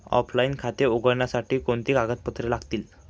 Offline खाते उघडण्यासाठी कोणती कागदपत्रे लागतील?